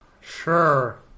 Sure